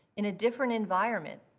in a different environment.